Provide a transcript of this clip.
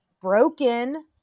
broken